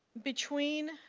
between